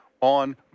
on